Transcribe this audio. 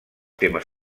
temes